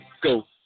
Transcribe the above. go